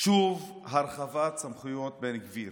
שוב הרחבת סמכויות בן גביר.